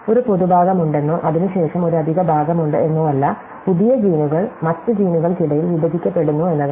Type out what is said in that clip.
ഒരു പൊതുഭാഗമുണ്ടെന്നോ അതിനുശേഷം ഒരു അധിക ഭാഗമുണ്ട് എന്നോ അല്ല പുതിയ ജീനുകൾ മറ്റ് ജീനുകൾക്കിടയിൽ വിഭജിക്കപ്പെടുന്നു എന്നതാണ്